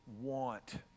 want